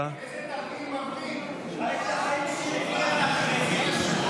1, לחלופין ב'.